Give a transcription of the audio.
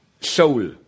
soul